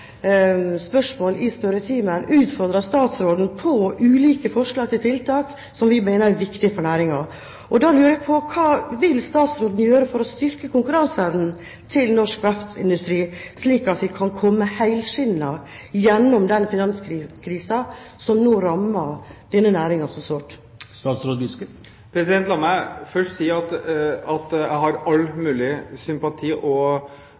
spørsmål i spørretimen utfordret statsråden på ulike forslag til tiltak som vi mener er viktige for næringen. Da lurer jeg på: Hva vil statsråden gjøre for å styrke konkurranseevnen til norsk verftsindustri, slik at vi kan komme helskinnet gjennom den finanskrisen som nå rammer denne næringen så hardt? La meg først si at jeg har all mulig sympati og